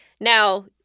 Now